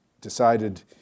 decided